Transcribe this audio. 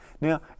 Now